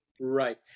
Right